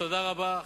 תודה רבה.